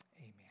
Amen